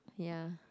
ya